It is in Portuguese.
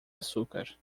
açúcar